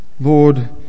Lord